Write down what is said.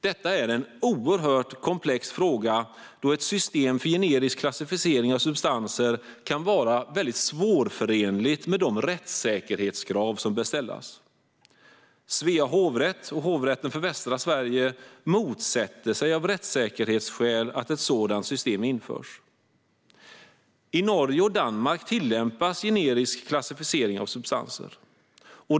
Detta är en oerhört komplex fråga, då ett system med generisk klassificering av substanser kan vara svårförenligt med de rättssäkerhetskrav som bör ställas. Svea hovrätt och Hovrätten för Västra Sverige motsätter sig av rättssäkerhetsskäl att ett sådant system införs. I Norge och Danmark tillämpas generisk klassificering av substanser.